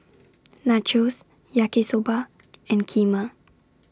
Nachos Yaki Soba and Kheema